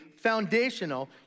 foundational